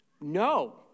no